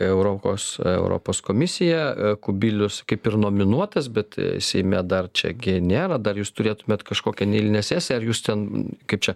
europos europos komisiją kubilius kaip ir nominuotas bet seime dar čia gi nėra dar jūs turėtumėt kažkokią neeilinę sesiją ar jūs ten kaip čia